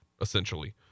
essentially